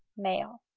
male.